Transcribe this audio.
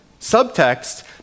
subtext